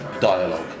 dialogue